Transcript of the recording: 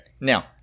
Now